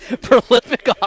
prolific